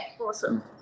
awesome